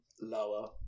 lower